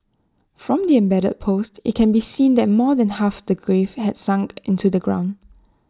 from the embedded post IT can be seen that more than half the grave had sunk into the ground